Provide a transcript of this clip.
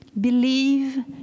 believe